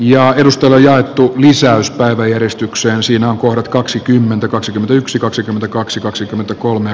ja jos tulee jaettu lisäys päiväjärjestykseen sillä on kuollut kaksikymmentä kaksikymmentäyksi kaksikymmentäkaksi kannatan